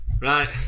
Right